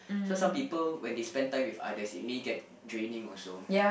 so some people when they spend time with others he may get draining also